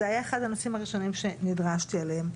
זה היה אחד הנושאים הראשונים שנדרשתי אליהם.